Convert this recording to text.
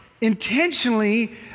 intentionally